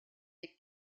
des